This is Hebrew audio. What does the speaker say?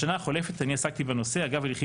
בשנה החולפת אני עסקתי בנושא אגב הליכים